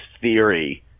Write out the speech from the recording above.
theory